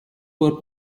for